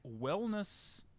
wellness